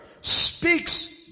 speaks